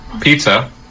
pizza